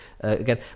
again